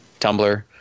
Tumblr